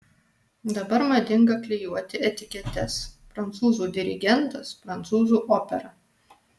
dabar madinga klijuoti etiketes prancūzų dirigentas prancūzų opera